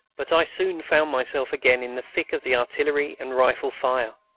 but i soon found myself again in the thick of the artillery and rifle fire.